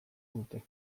dute